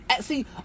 see